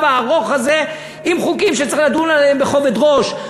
הארוך הזה עם חוקים שצריך לדון עליהם בכובד ראש,